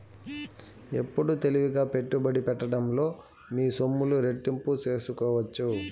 ఎప్పుడు తెలివిగా పెట్టుబడి పెట్టడంలో మీ సొమ్ములు రెట్టింపు సేసుకోవచ్చు